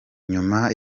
nyuma